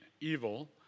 evil